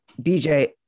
BJ